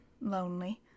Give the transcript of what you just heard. lonely